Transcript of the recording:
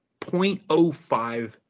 0.05